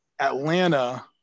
atlanta